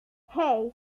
hey